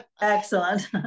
Excellent